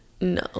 No